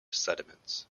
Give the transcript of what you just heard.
sediments